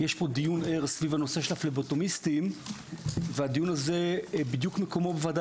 יש פה דיון ער לגבי הנושא של הפבלוטומיסטים ומקומו בוועדה